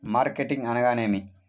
Marketing అనగానేమి?